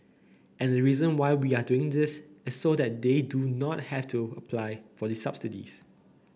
and the reason why we are doing this is so that they do not have to apply for the subsidies